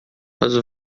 nós